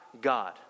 God